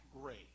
great